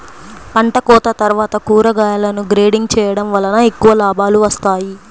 పంటకోత తర్వాత కూరగాయలను గ్రేడింగ్ చేయడం వలన ఎక్కువ లాభాలు వస్తాయి